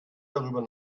darüber